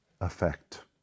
effect